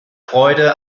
freude